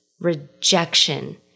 rejection